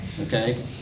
Okay